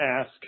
ask